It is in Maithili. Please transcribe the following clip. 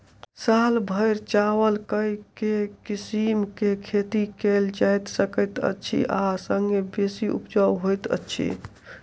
साल भैर चावल केँ के किसिम केँ खेती कैल जाय सकैत अछि आ संगे बेसी उपजाउ होइत अछि?